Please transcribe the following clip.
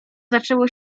zaczęło